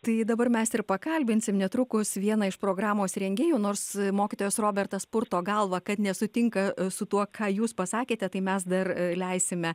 tai dabar mes ir pakalbinsim netrukus vieną iš programos rengėjų nors mokytojas robertas purto galvą kad nesutinka su tuo ką jūs pasakėte tai mes dar leisime